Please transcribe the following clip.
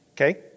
Okay